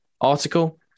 article